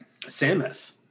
Samus